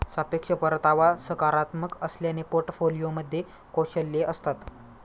सापेक्ष परतावा सकारात्मक असल्याने पोर्टफोलिओमध्ये कौशल्ये असतात